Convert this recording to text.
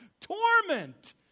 torment